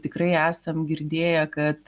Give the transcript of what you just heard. tikrai esam girdėję kad